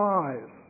eyes